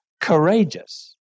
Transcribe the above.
courageous